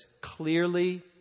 clearly